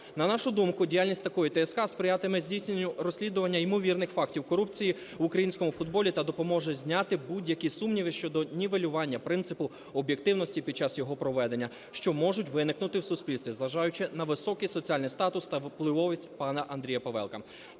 На нашу думку, діяльність такої ТСК сприятиме здійсненню розслідування ймовірних фактів корупції в українському футболі та допоможе зняти будь-які сумніви щодо нівелювання принципу об'єктивності під час його проведення, що можуть виникнути в суспільстві, зважаючи на високий соціальний статус та впливовість пана Андрія Павелка.